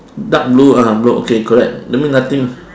dark blue (uh huh) blue okay correct that means nothing